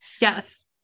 Yes